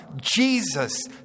Jesus